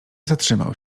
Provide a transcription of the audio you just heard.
zatrzymał